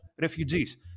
refugees